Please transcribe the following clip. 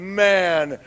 man